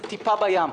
זה טיפה בים,